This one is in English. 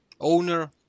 owner